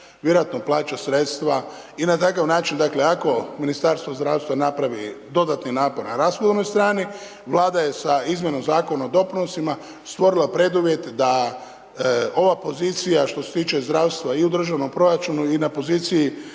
vjerojatno plaća sredstva i na takav način dakle ako Ministarstvo zdravstva napravi dodatni napor na rashodovnoj strani, Vlada je sa izmjenom Zakona o doprinosima stvorila preduvjete da ova pozicija što se tiče zdravstva i u državnom proračunu i u